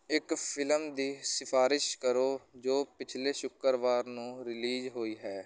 ਇੱਕ ਫ਼ਿਲਮ ਦੀ ਸਿਫ਼ਾਰਿਸ਼ ਕਰੋ ਜੋ ਪਿਛਲੇ ਸ਼ੁੱਕਰਵਾਰ ਨੂੰ ਰਿਲੀਜ਼ ਹੋਈ ਹੈ